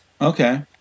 Okay